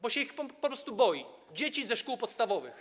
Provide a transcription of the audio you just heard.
Pan się ich po prostu boi, dzieci ze szkół podstawowych.